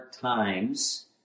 times